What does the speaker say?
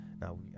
now